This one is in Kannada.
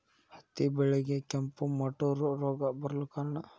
ಹತ್ತಿ ಬೆಳೆಗೆ ಕೆಂಪು ಮುಟೂರು ರೋಗ ಬರಲು ಕಾರಣ?